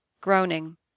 groaning